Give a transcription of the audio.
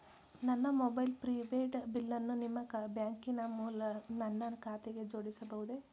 ನನ್ನ mobile prepaid ಬಿಲ್ಲನ್ನು ನಿಮ್ಮ ಬ್ಯಾಂಕಿನ ನನ್ನ ಖಾತೆಗೆ ಜೋಡಿಸಬಹುದೇ?